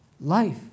life